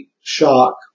shock